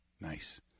Nice